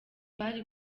bari